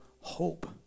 hope